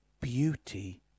beauty